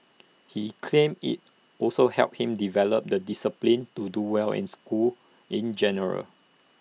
he claims IT also helped him develop the discipline to do well in school in general